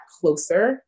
closer